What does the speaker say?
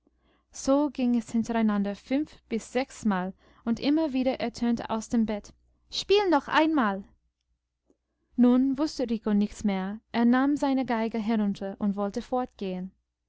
so ging es hintereinander fünf bis sechsmal und immer wieder ertönte aus dem bett spiel noch einmal nun wußte rico nichts mehr er nahm seine geige herunter und wollte fortgehen